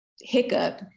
hiccup